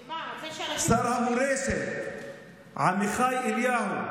שהאנשים, יש שר, שר המורשת עמיחי אליהו,